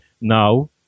now